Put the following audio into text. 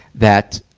that,